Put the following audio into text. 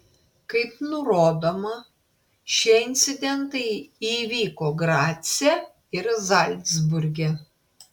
kaip nurodoma šie incidentai įvyko grace ir zalcburge